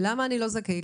למה אני לא זכאית?